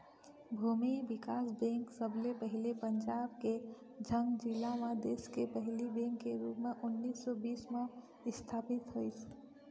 भूमि बिकास बेंक सबले पहिली पंजाब के झंग जिला म देस के पहिली बेंक के रुप म उन्नीस सौ बीस म इस्थापित होइस